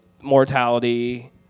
mortality